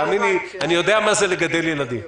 תאמיני לי, אני יודע מה זה לגדל ילדים.